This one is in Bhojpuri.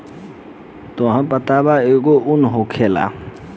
तोहरा पता बा एगो उन होखेला